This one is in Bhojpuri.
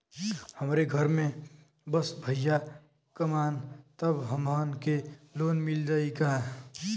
हमरे घर में बस भईया कमान तब हमहन के लोन मिल जाई का?